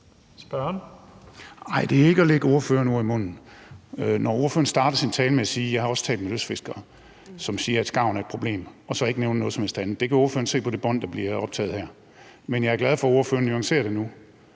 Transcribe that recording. Det er ikke at lægge ordføreren ord i munden, når ordføreren starter sin tale med at sige: Jeg har også talt med lystfiskere, som siger, at skarven er et problem – og så nævner ordføreren ikke noget som helst andet. Det kan ordføreren se på det bånd, der bliver optaget her. Men jeg er glad for, at ordføreren nuancerer det nu,